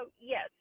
yes